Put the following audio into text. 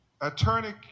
Attorney